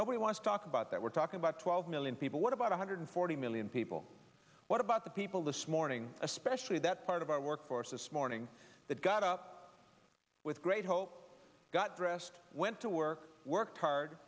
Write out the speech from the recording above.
nobody wants to talk about that we're talking about twelve million people what about one hundred forty million people what about the people this morning especially that part of our workforce this morning that got up with great hope got dressed went to work worked hard